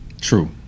True